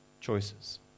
choices